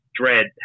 dread